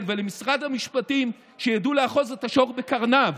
ולמשרד המשפטים שידעו לאחוז את השור בקרניו,